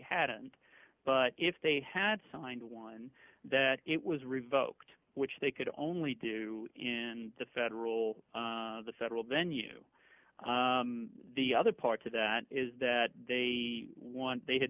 hadn't but if they had signed one that it was revoked which they could only do in the federal the federal then you the other part of that is that they want they had